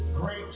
great